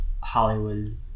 hollywood